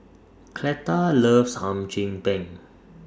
Cleta loves Hum Chim Peng